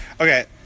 okay